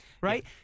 right